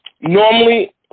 normally